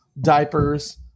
diapers